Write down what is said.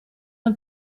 een